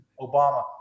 Obama